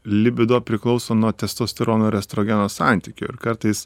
libido priklauso nuo testosterono ir estrogeno santykio ir kartais